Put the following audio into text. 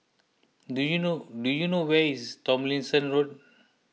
do you know do you know where is Tomlinson Road